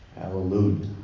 Hallelujah